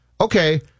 Okay